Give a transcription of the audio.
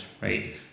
right